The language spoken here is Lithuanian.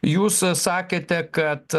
jūs sakėte kad